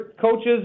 coaches